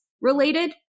related